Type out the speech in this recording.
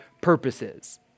purposes